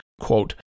quote